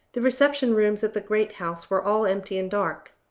the reception-rooms at the great house were all empty and dark.